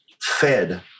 fed